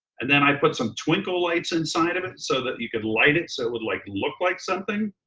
and then i put some twinkle lights inside of it, so that you could light it, so it would like look like something.